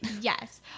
Yes